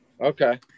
Okay